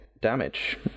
damage